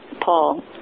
Paul